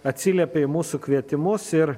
atsiliepia į mūsų kvietimus ir